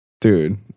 Dude